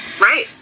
Right